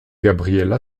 gabriela